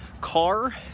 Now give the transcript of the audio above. car